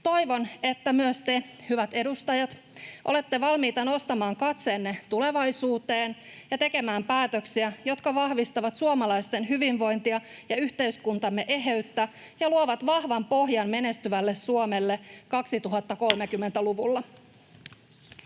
Toivon, että myös te, hyvät edustajat, olette valmiita nostamaan katseenne tulevaisuuteen ja tekemään päätöksiä, jotka vahvistavat suomalaisten hyvinvointia ja yhteiskuntamme eheyttä ja luovat vahvan pohjan menestyvälle Suomelle 2030-luvulla.